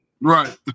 Right